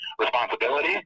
responsibility